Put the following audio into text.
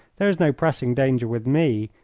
there is no pressing danger with me.